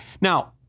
Now